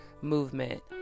movement